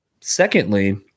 Secondly